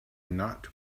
not